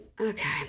okay